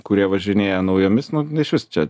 kurie važinėja naujomis nu išvis čia